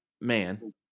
man